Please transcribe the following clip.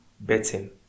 betting